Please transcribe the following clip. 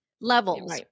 levels